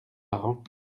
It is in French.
marrant